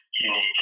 unique